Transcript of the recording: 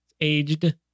aged